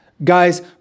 Guys